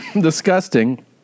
disgusting